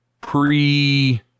pre